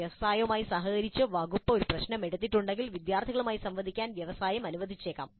വ്യവസായവുമായി സഹകരിച്ച് വകുപ്പ് ഒരു പ്രശ്നം എടുത്തിട്ടുണ്ടെങ്കിൽ വിദ്യാർത്ഥികളുമായി സംവദിക്കാൻ വ്യവസായം അനുവദിച്ചേക്കാം